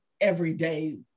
everyday